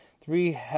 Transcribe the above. Three